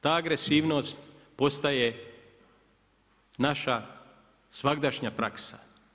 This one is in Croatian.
Ta agresivnost postaje naša svagdašnja praksa.